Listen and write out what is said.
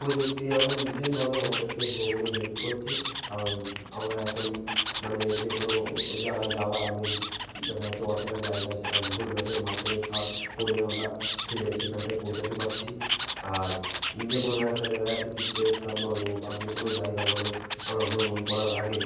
প্রযুক্তি এখন ভীষণভাবে আমাদেরকে ভ্রমণে হেল্প করছে কারণ আমরা এখন মানে যে কোনো জায়গায় যাওয়ার আগে দেখা যাচ্ছে অচেনা জায়গা সেটা গুগল ম্যাপের মাধ্যমে সার্চ করে আমরা সে সেখানটায় পৌঁছাতে পারছি আর যে কোনো একটা দেখা যাচ্ছে তীর্থস্থান বলো বা যে কোনো জায়গা বলো আমরা ভ্রমণ করার আগে